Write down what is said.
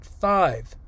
Five